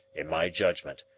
in my judgment,